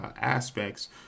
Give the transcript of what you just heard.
aspects